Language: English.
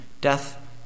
death